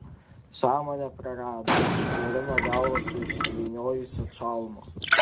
sąmonę prarado nusvarino galvą su išsivyniojusia čalma